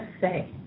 say